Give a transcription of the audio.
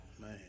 man